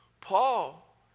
Paul